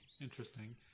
Interesting